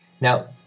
Now